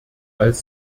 als